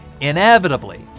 Inevitably